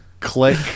Click